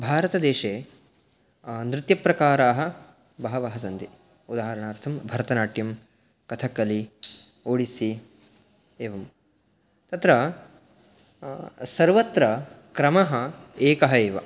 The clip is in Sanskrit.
भारतदेशे नृत्यप्रकाराः बहवः सन्ति उदाहरणार्थं भरतनाट्यं कथक्कली ओडिसी एवं तत्र सर्वत्र क्रमः एकः एव